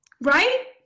Right